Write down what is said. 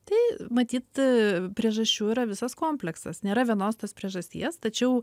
tai matyt priežasčių yra visas kompleksas nėra vienos tos priežasties tačiau